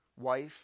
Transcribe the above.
wife